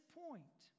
point